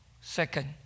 Second